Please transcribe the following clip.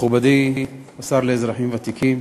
מכובדי השר לאזרחים ותיקים,